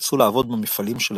אולצו לעבוד במפעלים של העיר,